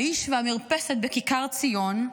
האיש והמרפסת בכיכר ציון,